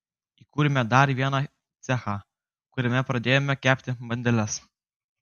įkūrėme dar vieną cechą kuriame pradėjome kepti bandeles